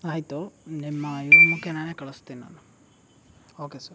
ಆಯಿತು ನಿಮ್ಮ ಇವ್ರ ಮುಖೇನಾನೇ ಕಳಿಸ್ತೀನ್ ನಾನು ಓಕೆ ಸರ್